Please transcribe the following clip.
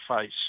face